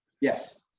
Yes